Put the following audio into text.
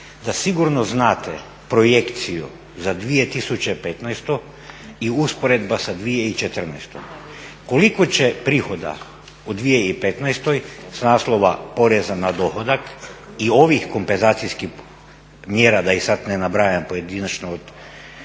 da sigurno znate projekciju za 2015.i usporedba sa 2014. Koliko će prihoda u 2015.s naslova poreza na dohodak i ovih kompenzacijskih mjera da ih sada ne nabrajam pojedinačno od